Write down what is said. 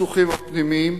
הסכסוכים הפנימיים,